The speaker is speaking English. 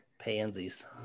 pansies